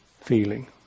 feeling